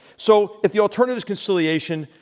so, if the alternative is conciliation,